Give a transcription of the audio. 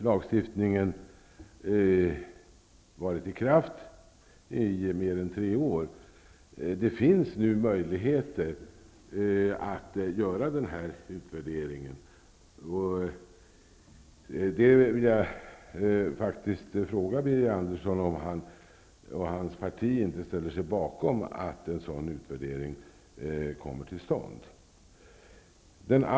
Lagstiftningen har nu varit i kraft i mer än tre år. Det finns möjligheter att göra en utvärdering. Jag vill fråga Birger Andersson om han och hans parti inte ställer sig bakom att en sådan utvärdering kommer till stånd.